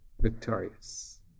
victorious